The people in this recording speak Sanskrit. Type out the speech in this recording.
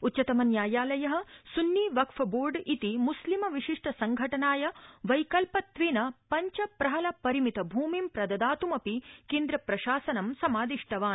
उच्चतमन्यायालय सुन्नी वक्फ बोर्ड इति मुस्लिमविशिष्ट संघटनाय वैकल्पत्वेन पञ्च प्रहल परिमित भूमिं प्रददात्मपि केन्द्रप्रशासनं समादिष्टवान्